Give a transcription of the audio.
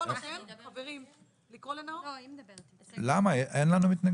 החוקים של חברי הכנסת רייטן מרום, ביטון